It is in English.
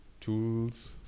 Tools